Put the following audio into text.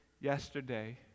yesterday